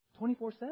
24-7